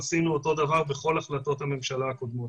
נהגנו גם בכל החלטות הממשלה הקודמות.